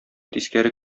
тискәре